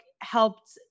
helped